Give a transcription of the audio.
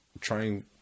trying